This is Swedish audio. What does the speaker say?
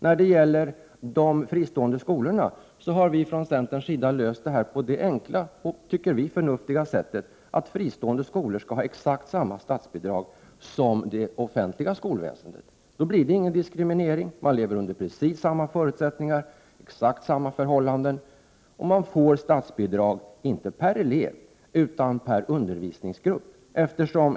Frågan om de fristående skolorna har vi från centern löst på det enkla och, som vi tycker, förnuftiga sättet att fristående skolor skall ha exakt samma statsbidrag som skolor inom det offentliga skolväsendet. Då blir det ingen diskriminering, utan skolorna får leva under exakt samma förutsättningar och förhållanden. Skolorna får alltså statsbidrag, inte per elev utan per undervisningsgrupp.